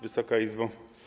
Wysoka Izbo!